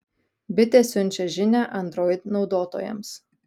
bitė siunčia žinią android naudotojams